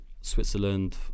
switzerland